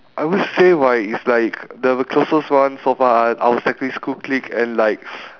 I would say right is like the closest one so far are our secondary school clique and like